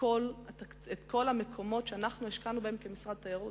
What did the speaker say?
כל המקומות שאנחנו השקענו בהם כמשרד התיירות,